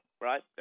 right